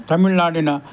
ತಮಿಳ್ ನಾಡಿನ